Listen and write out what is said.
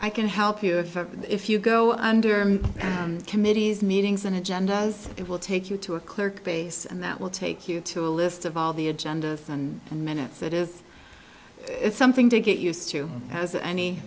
i can help you if if you go under committees meetings and agendas it will take you to a clerk base and that will take you to a list of all the agenda and the minutes it is something to get used to as any